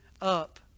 up